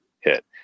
hit